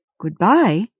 Goodbye